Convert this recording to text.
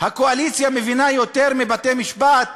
הקואליציה מבינה יותר מבתי-המשפט?